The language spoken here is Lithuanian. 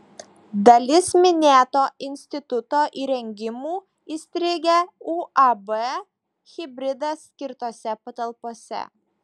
dalis minėto instituto įrengimų įstrigę uab hibridas skirtose patalpose